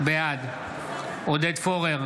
בעד עודד פורר,